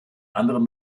anderen